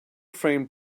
framed